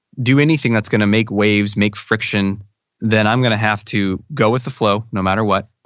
do anything that's gonna make waves, make friction then i'm gonna have to go with the flow no matter what.